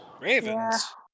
Ravens